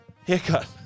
Haircut